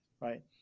right